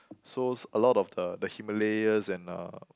so a lot of the the Himalayas and uh